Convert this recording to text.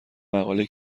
مقاله